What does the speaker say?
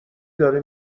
داره